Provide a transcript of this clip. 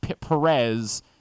Perez